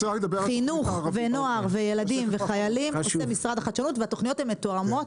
חינוך ונוער וילדים וחיילים עושה משרד החדשנות והתוכניות מתואמות.